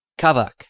Kavak